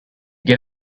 get